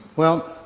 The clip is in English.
well,